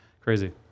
Crazy